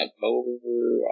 October